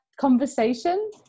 conversation